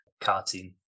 cartoon